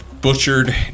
butchered